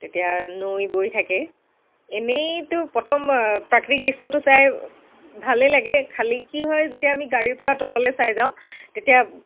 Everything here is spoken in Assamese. তেতিয়া নৈ বৈ থাকে এনেইতো প্ৰথম প্ৰাকৃতিক দৃশ্যটো চাই ভালেই লাগে খালি কি হয় যেতিয়া আমি গাড়ীৰ পৰা তললৈ চাই যাওঁ তেতিয়া